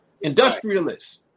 Industrialists